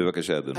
בבקשה, אדוני.